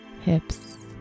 hips